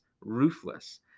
ruthless